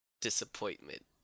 disappointment